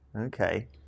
okay